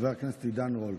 חבר הכנסת עידן רול.